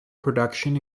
production